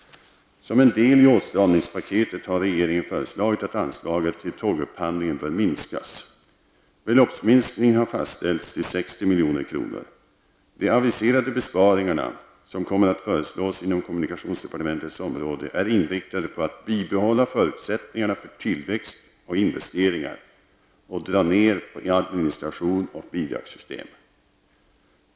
Som en del i åtstramningspaketet har regeringen föreslagit att anslaget till tågupphandlingen bör minskas. De aviserade besparingar som kommer att föreslås inom kommunikationsdepartementets område är inriktade på att bibehålla förutsättningarna för tillväxt och investeringar och dra ner på administration och bidragssystem.